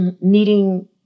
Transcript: needing